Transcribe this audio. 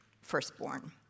firstborn